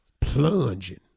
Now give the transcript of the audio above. Plunging